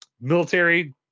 military